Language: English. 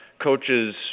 coaches